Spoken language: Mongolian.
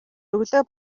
өглөө